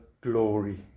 glory